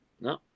No